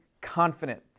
confident